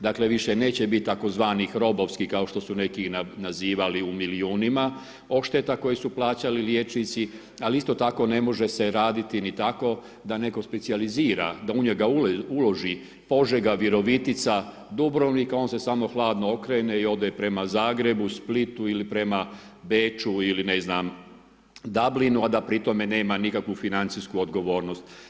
Dakle, više neće biti tzv. robovskih kao što su neki nazivali u milijunima odšteta koje su plaćali liječnici ali isto tako ne može se raditi ni tako da netko specijalizira da u njega uloži Požega, Virovitica, Dubrovnik a on se samo hladno okrene i ode prema Zagrebu, Splitu ili prema Beču ili ne znam Dublinu a da pritom nema nikakvu financijsku odgovornost.